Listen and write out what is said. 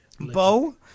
Bo